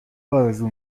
آرزو